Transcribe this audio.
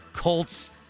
Colts